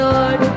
Lord